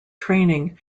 training